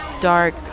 Dark